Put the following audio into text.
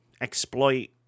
exploit